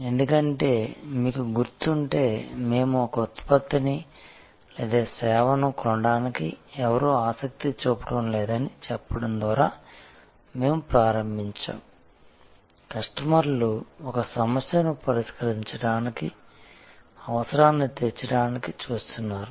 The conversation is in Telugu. ఎందుకంటే మీకు గుర్తుంటే మేము ఒక ఉత్పత్తిని లేదా సేవను కొనడానికి ఎవరూ ఆసక్తి చూపడం లేదని చెప్పడం ద్వారా మేము ప్రారంభించాము కస్టమర్లు ఒక సమస్యను పరిష్కరించడానికి అవసరాన్ని తీర్చడానికి చూస్తున్నారు